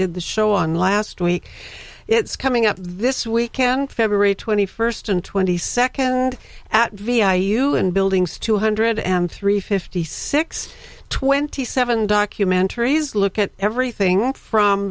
did the show on last week it's coming up this weekend february twenty first and twenty second at vi you and buildings two hundred and three fifty six twenty seven documentaries look at everything from